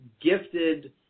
gifted